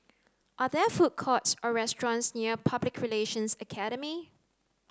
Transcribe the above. are there food courts or restaurants near Public Relations Academy